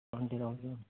twenty thousand